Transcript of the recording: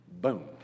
Boom